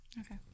Okay